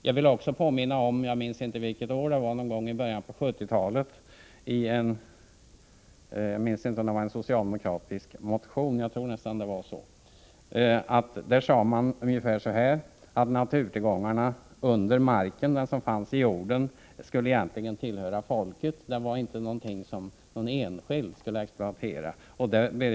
Jag vill även påminna om att man i en socialdemokratisk motion i början av 1970-talet sade ungefär som så att naturtillgångarna under marken, de som finns i jorden, egentligen skall tillhöra folket. Dem skulle inte någon enskild exploatera.